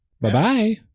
Bye-bye